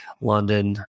London